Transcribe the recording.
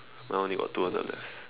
my one only got two on the left